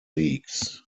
leagues